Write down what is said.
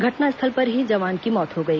घटनास्थल पर ही जवान की मौत हो गई